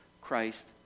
Christ